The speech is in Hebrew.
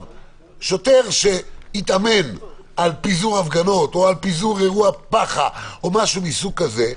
שוטר שהתאמן על פיזור הפגנות או על פיזור אירוע פח"ע או משהו מסוג כזה,